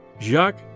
Jacques